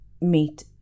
Meet